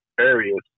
areas